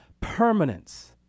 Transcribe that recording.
permanence